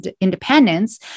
independence